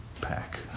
pack